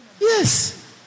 Yes